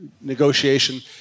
negotiation